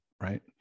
right